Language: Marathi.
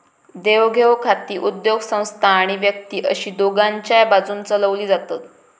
देवघेव खाती उद्योगसंस्था आणि व्यक्ती अशी दोघांच्याय बाजून चलवली जातत